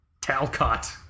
Talcott